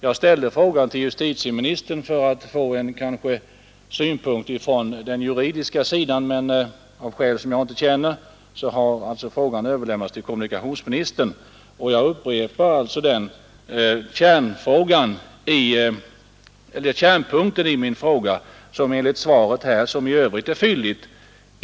Jag ställde frågan till justitieministern för att få höra hur man ser på detta utifrån juridiska utgångspunkter. Av skäl som jag inte känner har frågan överlämnats till kommunikationsministern, som emellertid inte har berört kärnpunkten i frågan trots att svaret i övrigt är fylligt.